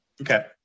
Okay